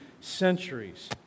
centuries